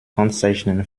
handzeichen